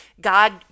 God